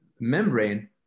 membrane